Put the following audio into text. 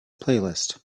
playlist